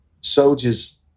soldiers